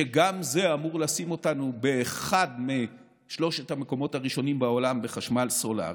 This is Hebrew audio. גם זה אמור לשים אותנו באחד משלושת המקומות הראשונים בעולם בחשמל סולרי,